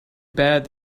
bad